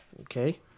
Okay